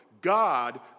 God